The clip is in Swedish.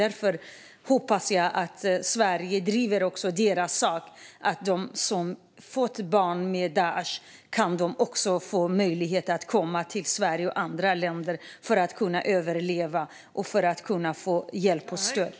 Därför hoppas jag att Sverige driver deras sak och att de som fått barn med män från Daish kan få möjlighet att komma till Sverige och andra länder för att kunna överleva och få hjälp och stöd.